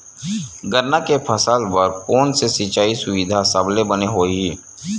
गन्ना के फसल बर कोन से सिचाई सुविधा सबले बने होही?